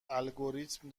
الگوریتم